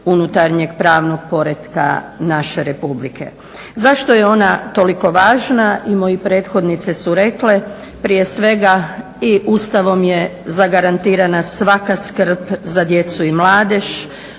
unutarnjeg pravnog poretka naše Republike. Zašto je ona toliko važna? I moje prethodnice su rekle. Prije svega i Ustavom je zagarantirana svaka skrb za djecu i mladež,